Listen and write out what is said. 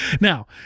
Now